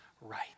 right